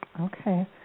okay